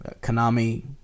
konami